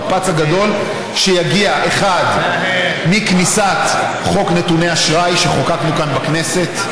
המפץ הגדול שיגיע מכניסת חוק נתוני אשראי שחוקקנו כאן בכנסת,